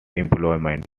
employment